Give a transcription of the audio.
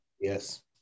Yes